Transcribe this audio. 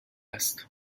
است